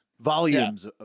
volumes